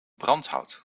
brandhout